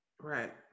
Right